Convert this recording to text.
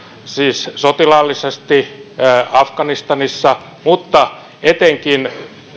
siis sotilaallisesti afganistanissa mutta etenkin